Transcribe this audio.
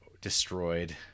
destroyed